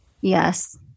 Yes